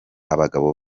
abagabo